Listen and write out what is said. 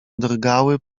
drgały